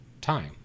time